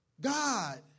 God